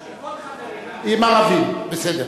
אני מייצג סיעה שכל חבריה, הם ערבים, בסדר.